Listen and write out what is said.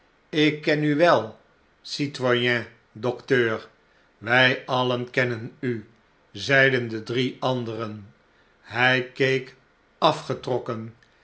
ik ken u wel citoyen docteur wij alien kennen u zeiden de drie anderen hy keek afgetrokken